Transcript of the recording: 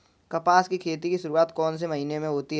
कपास की खेती की शुरुआत कौन से महीने से होती है?